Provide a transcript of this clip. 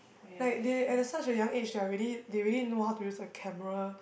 like they at the such a young age they're already they already know how to use the camera